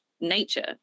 nature